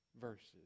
verses